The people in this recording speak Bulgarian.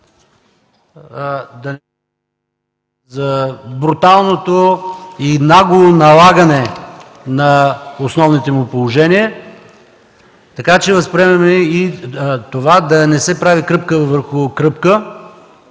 за бруталното и нагло налагане на основните му положения. Така че възприемаме и това да не се прави кръпка върху кръпка,